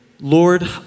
Lord